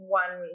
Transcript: one